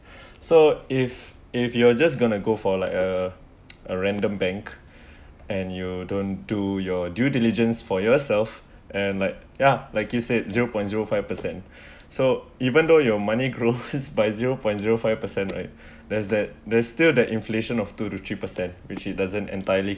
so if if you're just gonna go for like uh a random bank and you don't do your due diligence for yourself and like ya like you said zero point zero five percent so even though your money growth by zero point zero five percent right there's that there's still that inflation of two to three percent which it doesn't entirely